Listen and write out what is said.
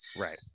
Right